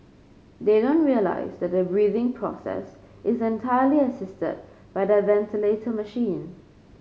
they don't realise that the breathing process is entirely assisted by the ventilator machine